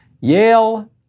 Yale